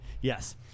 Yes